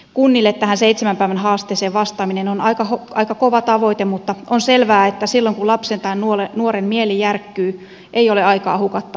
kunnille tähän seitsemän päivän haasteeseen vastaaminen on aika kova tavoite mutta on selvää että silloin kun lapsen tai nuoren mieli järkkyy ei ole aikaa hukattavaksi